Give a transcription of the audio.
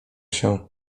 się